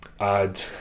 add